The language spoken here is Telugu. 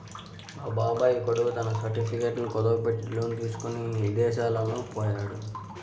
మా బాబాయ్ కొడుకు తన సర్టిఫికెట్లను కుదువబెట్టి లోను తీసుకొని ఇదేశాలకు పొయ్యాడు